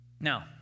Now